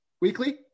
weekly